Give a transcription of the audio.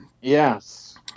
Yes